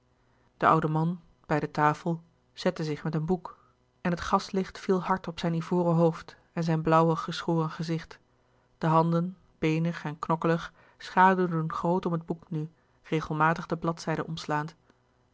de oude man bij de tafel zette zich met een boek en het gaslouis couperus de boeken der kleine zielen licht viel hard op zijn ivoren hoofd en zijn blauwig geschoren gezicht de handen beenig en knokkelig schaduwden groot om het boek nu regelmatig de bladzijden omslaand